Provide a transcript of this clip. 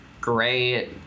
great